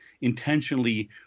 intentionally